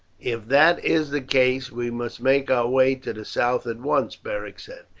if that is the case we must make our way to the south at once, beric said.